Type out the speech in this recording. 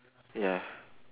ya